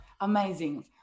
Amazing